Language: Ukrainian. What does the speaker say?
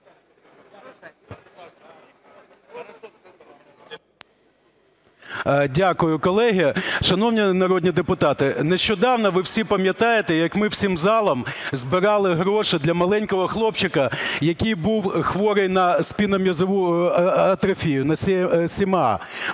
Дякую, колеги. Шановні народні депутати, нещодавно, ви всі пам'ятаєте, як ми всім залом збирали гроші для маленького хлопчика, який був хворий на спінальну м'язову атрофію, на СМА,